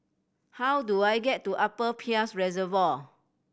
how do I get to Upper Peirce Reservoir